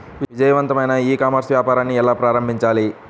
విజయవంతమైన e commerce వ్యాపారాన్ని ఎలా ప్రారంభించాలి?